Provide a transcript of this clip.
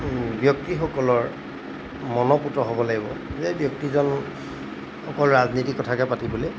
ব্যক্তিসকলৰ মনঃপূত হ'ব লাগিব যে ব্যক্তিজন অকল ৰাজনীতিৰ কথাকে পাতিবলৈ